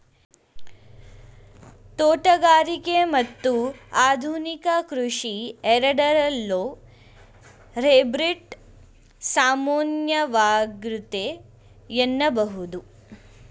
ತೋಟಗಾರಿಕೆ ಮತ್ತು ಆಧುನಿಕ ಕೃಷಿ ಎರಡರಲ್ಲೂ ಹೈಬ್ರಿಡ್ ಸಾಮಾನ್ಯವಾಗೈತೆ ಎನ್ನಬಹುದು